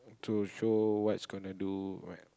to show what's gonna do right